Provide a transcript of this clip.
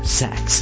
sex